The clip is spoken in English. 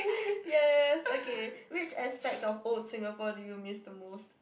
yes okay which aspect of old Singapore do you miss the most